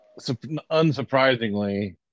unsurprisingly